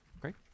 great